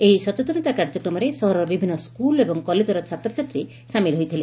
ଏହି ସଚେତନତା କାର୍ଯ୍ୟକ୍ରମ ସହରର ବିଭିନୁ ସ୍କୁଲ ଏବଂ କଲେଜର ଛାତ୍ରଛାତ୍ରୀ ସାମିଲ ହୋଇଥିଲେ